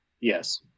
Yes